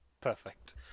Perfect